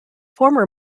former